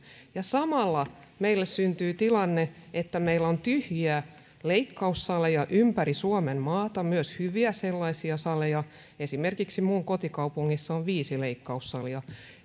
samalla meille syntyy tilanne että meillä on tyhjiä leikkaussaleja ympäri suomenmaata myös hyviä sellaisia saleja esimerkiksi minun kotikaupungissani on viisi leikkaussalia